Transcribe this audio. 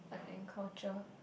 art and culture